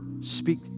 speak